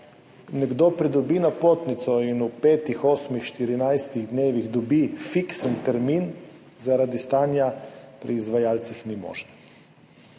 nekdo pridobi napotnico in v petih, osmih, 14 dnevih dobi fiksen termin, zaradi stanja pri izvajalcih ni možen.